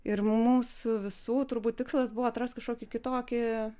ir mūsų visų turbūt tikslas buvo atrast kažkokį kitokį